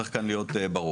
וצריך כאן להיות ברור.